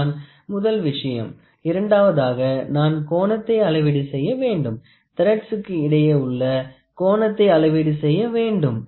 இதுதான் முதல் விஷயம் இரண்டாவதாக நான் கோணத்தை அளவீடு செய்ய வேண்டும் தரேட்சுக்கு இடையே உள்ள கோணத்தை அளவீடு செய்ய வேண்டும்